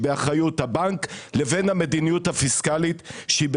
באחריות הבנק לבין המדיניות הפיסקלית שהיא בידיכם.